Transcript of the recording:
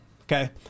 okay